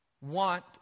want